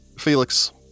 Felix